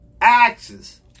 Axes